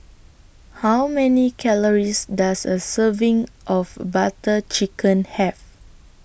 How Many Calories Does A Serving of Butter Chicken Have